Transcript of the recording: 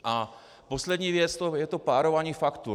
A poslední věc, to je to párování faktur.